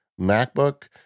MacBook